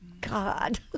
God